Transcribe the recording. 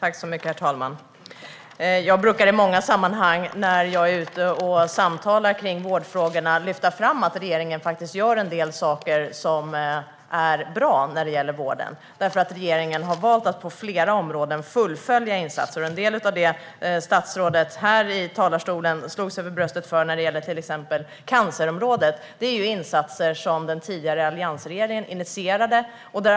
Herr talman! Jag brukar i många sammanhang när jag är ute och samtalar om vårdfrågorna lyfta fram att regeringen faktiskt gör en del saker som är bra när det gäller vården. Regeringen har nämligen valt att på flera områden fullfölja insatser. Statsrådet stod i talarstolen och slog sig för bröstet när det till exempel gäller cancerområdet. Det är insatser som den tidigare alliansregeringen initierade.